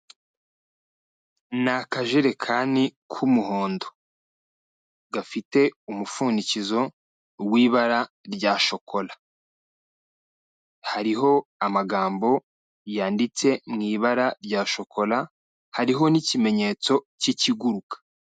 Ni akajerekani k'umuhondo, gafite umupfundikizo w'ibara rya shokora, hariho amagambo yanditse mu ibara rya shokora, hariho n'ikimenyetso k'ikiguruka.